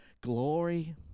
glory